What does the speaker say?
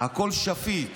הכול שפיט.